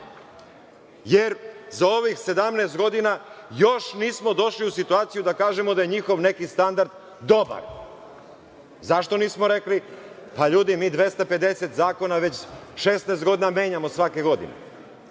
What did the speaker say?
jer za ovih 17 godina još nismo došli u situaciju da kažemo da je njihov neki standard dobar. Zašto nismo rekli? LJudi, mi 250 zakona već 16 godina menjamo svake godine.